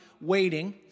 waiting